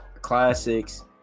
classics